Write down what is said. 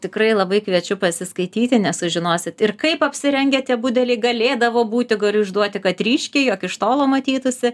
tikrai labai kviečiu pasiskaityti nes sužinosit ir kaip apsirengę tie budeliai galėdavo būti galiu išduoti kad ryškiai jog iš tolo matytųsi